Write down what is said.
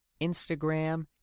Instagram